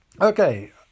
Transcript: Okay